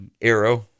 Arrow